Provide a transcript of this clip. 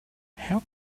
how